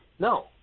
No